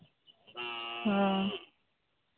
ᱦᱳᱭ